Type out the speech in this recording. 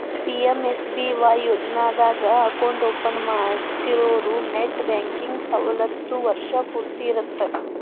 PMSBY ಯೋಜನಾದಾಗ account open ಮಾಡ್ಸಿರೋರು net banking ಸವಲತ್ತು ವರ್ಷ್ ಪೂರ್ತಿ ಇರತ್ತ